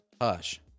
hush